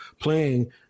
playing